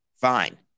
Fine